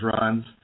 runs